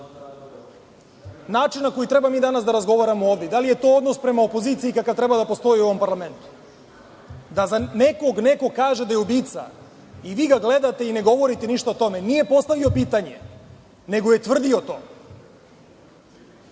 način na koji mi treba danas da razgovaramo ovde? Da li je to odnos prema opoziciji, kakav treba da postoji u ovom Parlamentu? Da za nekog neko kaže da je ubica i vi ga gledate, i ne govorite ništa o tome? Nije postavio pitanje, nego je tvrdio to.